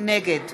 נגד